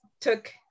took